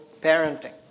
parenting